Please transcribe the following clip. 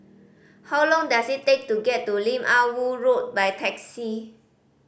how long does it take to get to Lim Ah Woo Road by taxi